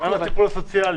מה עם הטיפול הסוציאלי?